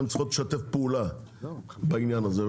הן צריכות לשתף פעולה בעניין הזה.